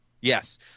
Yes